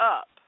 up